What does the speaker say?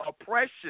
oppression